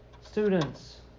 Students